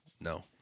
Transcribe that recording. no